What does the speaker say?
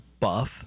buff